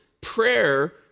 prayer